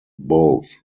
both